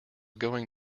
going